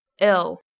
Ill